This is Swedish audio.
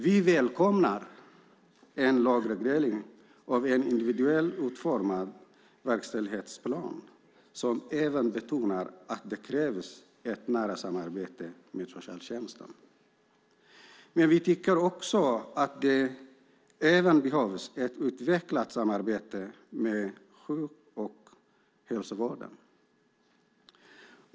Vi välkomnar en lagreglering av en individuellt utformad verkställighetsplan som även betonar att det krävs ett nära samarbete med socialtjänsten. Men vi tycker att det även behövs ett utvecklat samarbete med hälso och sjukvården.